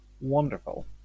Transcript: wonderful